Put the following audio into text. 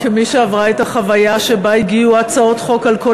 כמי שעברה את החוויה שבה הגיעו הצעות חוק על כל